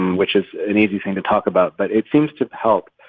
and which is an easy thing to talk about. but it seems to help.